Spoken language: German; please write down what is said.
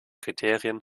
kriterien